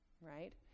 right